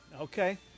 Okay